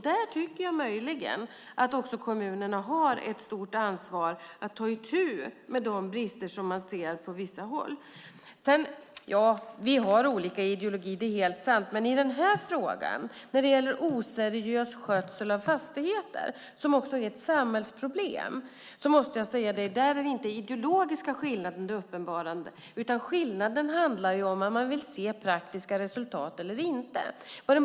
Där tycker jag möjligen att också kommunerna har ett stort ansvar att ta itu med de brister som man ser på vissa håll. Vi har olika ideologi. Det är helt sant. Men i den här frågan, när det gäller oseriös skötsel av fastigheter, som också är ett samhällsproblem, måste jag säga att det inte är den ideologiska skillnaden som är uppenbar utan det skillnaden handlar om är om man vill se praktiska resultat eller inte.